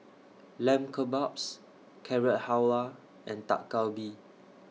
Lamb Kebabs Carrot Halwa and Dak Galbi